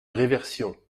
réversion